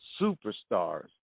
superstars